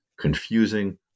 confusing